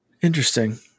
Interesting